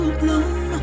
bloom